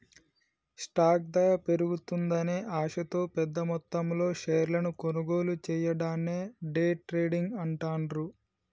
stock ధర పెరుగుతుందనే ఆశతో పెద్దమొత్తంలో షేర్లను కొనుగోలు చెయ్యడాన్ని డే ట్రేడింగ్ అంటాండ్రు